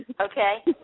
Okay